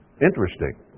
Interesting